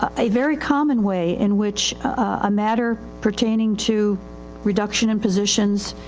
ah a very common way in which a matter pertaining to reduction in positions,